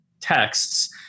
texts